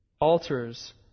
Altars